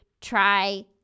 try